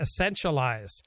essentialize